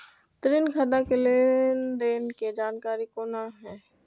ऋण खाता के लेन देन के जानकारी कोना हैं?